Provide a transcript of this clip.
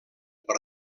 per